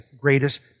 greatest